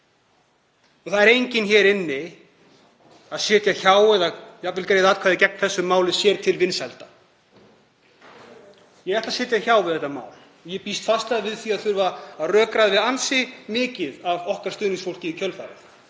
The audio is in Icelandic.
ætlar enginn hér inni að sitja hjá eða jafnvel að greiða atkvæði gegn þessu máli sér til vinsælda. Ég ætla að sitja hjá við þetta mál. Ég býst fastlega við því að þurfa að rökræða við ansi mikið af stuðningsfólki okkar í kjölfarið.